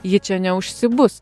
ji čia neužsibus